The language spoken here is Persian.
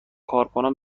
کارکنان